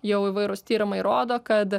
jau įvairūs tyrimai rodo kad